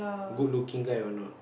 good looking guy or not